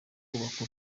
kubaka